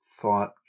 thought